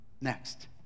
Next